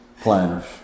Planner's